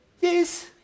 Yes